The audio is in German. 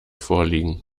vorliegen